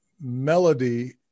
melody